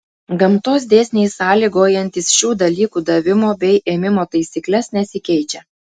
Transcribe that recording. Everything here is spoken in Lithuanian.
gamtos dėsniai sąlygojantys šių dalykų davimo bei ėmimo taisykles nesikeičia